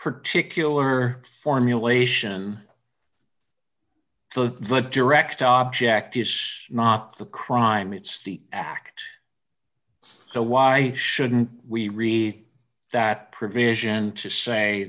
particular formulation the direct object is not the crime it's the act so why shouldn't we read that provision to say